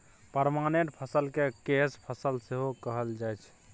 permanent फसल केँ कैस फसल सेहो कहल जाइ छै